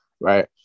right